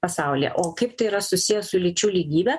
pasaulyje o kaip tai yra susiję su lyčių lygybe